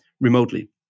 remotely